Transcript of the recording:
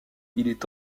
est